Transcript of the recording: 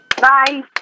Bye